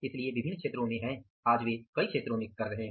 इसलिए विभिन्न क्षेत्रों में वे हैं